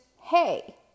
hey